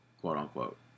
quote-unquote